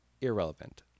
irrelevant